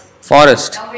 forest